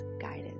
guidance